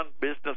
business